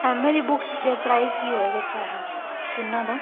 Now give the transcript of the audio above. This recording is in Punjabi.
ਮੇਰੀ ਬੁਕਸ ਦੇ ਪ੍ਰਾਈਜ ਕੀ ਹੋਏਗਾ ਸਰ ਤਿੰਨਾਂ ਦਾ